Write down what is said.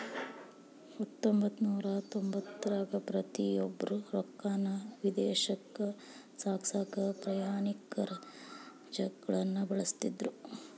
ಹತ್ತೊಂಬತ್ತನೂರ ತೊಂಬತ್ತರಾಗ ಪ್ರತಿಯೊಬ್ರು ರೊಕ್ಕಾನ ವಿದೇಶಕ್ಕ ಸಾಗ್ಸಕಾ ಪ್ರಯಾಣಿಕರ ಚೆಕ್ಗಳನ್ನ ಬಳಸ್ತಿದ್ರು